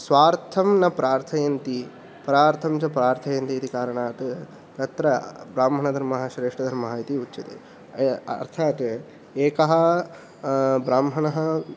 स्वार्थं न प्रार्थयन्ति परार्थञ्च प्रार्थयन्ति इति कारणात् तत्र ब्राह्मणधर्मः श्रेष्ठधर्मः इति उच्यते अ अर्थात् एकः ब्राह्मणः